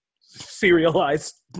serialized